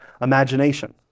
imagination